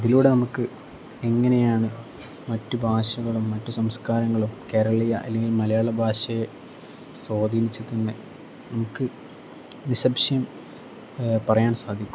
അതിലൂടെ നമുക്ക് എങ്ങനെയാണ് മറ്റു ഭാഷകളും മറ്റു സംസ്കാരങ്ങളും കേരളീയ അല്ലെങ്കിൽ മലയാള ഭാഷയെ സ്വാധീനിച്ചതെന്ന് നമുക്ക് നിസംശയം പറയാൻ സാധിക്കും